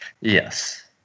Yes